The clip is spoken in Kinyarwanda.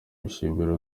bishimira